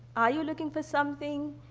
are you looking for something?